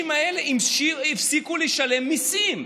כי האנשים האלה הפסיקו לשלם מיסים.